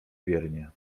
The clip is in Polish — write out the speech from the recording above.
wiernie